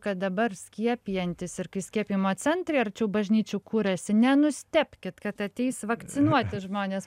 kad dabar skiepijantis ir kai skiepijimo centrai arčiau bažnyčių kuriasi nenustebkit kad ateis vakcinuotis žmonės